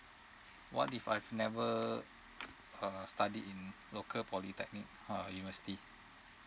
what if I've never uh study in local polytechnic uh university